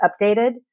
updated